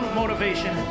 motivation